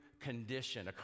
condition